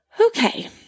Okay